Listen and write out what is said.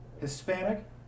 hispanic